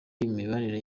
imibanire